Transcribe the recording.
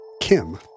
Kim